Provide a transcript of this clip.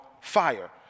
fire